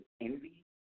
envy